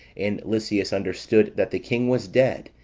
and lysias understood that the king was dead,